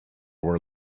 were